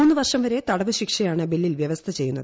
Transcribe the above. മൂന്ന് വർഷം വരെ തടവുശിക്ഷയാണ് ബില്ലിൽ വ്യവസ്ഥ ചെയ്യുന്നത്